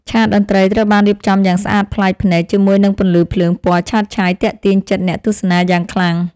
ឆាកតន្ត្រីត្រូវបានរៀបចំយ៉ាងស្អាតប្លែកភ្នែកជាមួយនឹងពន្លឺភ្លើងពណ៌ឆើតឆាយទាក់ទាញចិត្តអ្នកទស្សនាយ៉ាងខ្លាំង។